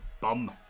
bum